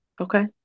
Okay